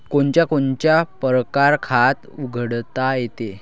कोनच्या कोनच्या परकारं खात उघडता येते?